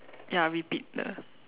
ya repeat the